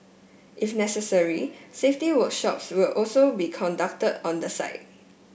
if necessary safety workshops will also be conducted on the site